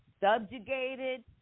subjugated